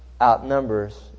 outnumbers